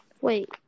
Wait